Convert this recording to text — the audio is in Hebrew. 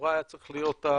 שלכאורה היה צריך להיות הגורם